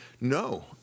No